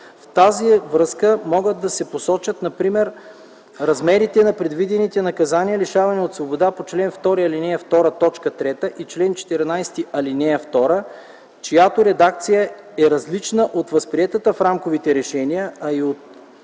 В тази връзка могат да се посочат например размерите на предвидените наказания „лишаване от свобода” по чл. 2, ал. 2, т. 3 и чл. 14, ал. 2, чиято редакция е различна от възприетата в рамковите решения, а и от